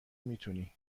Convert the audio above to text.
میتونی